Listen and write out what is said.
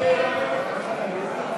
הצעת סיעת